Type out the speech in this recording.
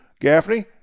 Gaffney